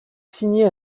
signer